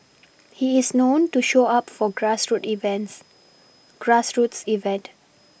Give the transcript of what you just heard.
he is known to show up for grassroots events grassroots event